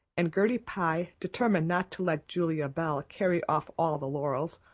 and gertie pye, determined not to let julia bell carry off all the laurels,